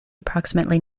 approximately